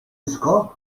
iskop